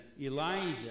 Elijah